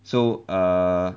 so err